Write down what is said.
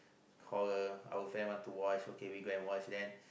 call our friend want to watch okay then we go and watch then